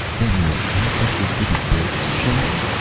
then your ancestors didn't build xuchotl?